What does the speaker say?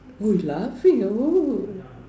who is laughing ah !woo!